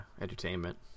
entertainment